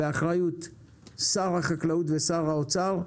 באחריות שר החקלאות ושר האוצר,